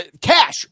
cash